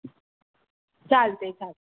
चालतं आहे चालतं आहे